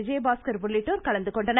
விஜயபாஸ்கர் உள்ளிட்டோர் கலந்துகொண்டனர்